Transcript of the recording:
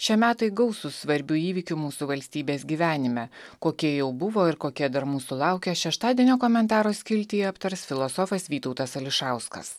šie metai gausūs svarbių įvykių mūsų valstybės gyvenime kokie jau buvo ir kokia dar mūsų laukia šeštadienio komentaro skiltyje aptars filosofas vytautas ališauskas